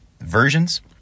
versions